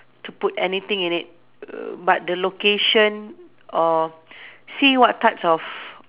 to put anything in it err but the location or see what types of